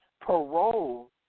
parole